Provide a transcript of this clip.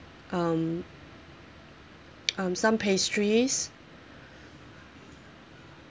um um some pastries